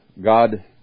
God